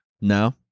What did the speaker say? No